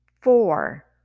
Four